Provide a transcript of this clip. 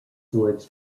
woods